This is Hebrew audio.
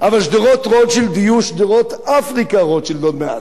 אבל שדרות-רוטשילד יהיו שדרות אפריקה-רוטשילד עוד מעט.